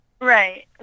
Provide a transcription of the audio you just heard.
right